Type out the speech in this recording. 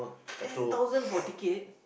ten thousand for ticket